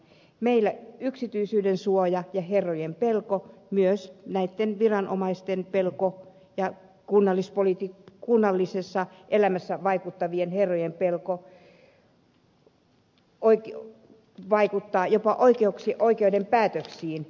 meillä yksityisyyden suoja ja herrojen pelko myös näitten viranomaisten pelko ja kunnallisessa elämässä vaikuttavien herrojen pelko vaikuttavat jopa oikeuden päätöksiin